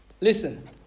Listen